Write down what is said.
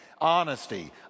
honesty